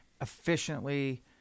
efficiently